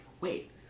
wait